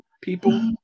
people